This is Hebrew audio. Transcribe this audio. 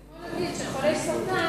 זה כמו להגיד שחולי סרטן,